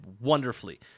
wonderfully